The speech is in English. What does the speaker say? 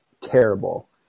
terrible